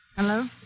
Hello